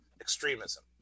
extremism